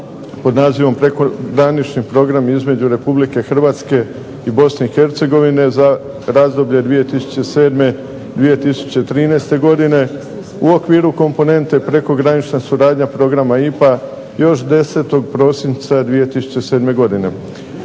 pod nazivom Prekogranični program između Republike Hrvatske i Bosne i Hercegovine za razdoblje 2007. – 2013. godine, u okviru komponente Prekogranična suradnja programa IPA još 10. prosinca 2007. godine.